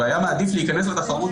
הוא היה מעדיף להיכנס לתחרות,